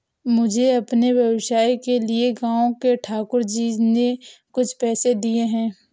मुझे अपने व्यवसाय के लिए गांव के ठाकुर जी ने कुछ पैसे दिए हैं